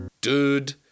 Dude